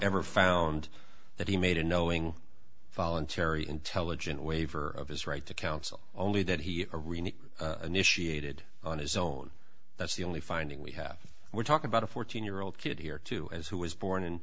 ever found that he made a knowing voluntary intelligent waiver of his right to counsel only that he arena initiated on his own that's the only finding we have we're talking about a fourteen year old kid here too as who was born in